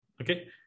okay